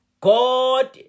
God